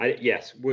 yes